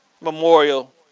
memorial